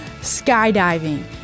skydiving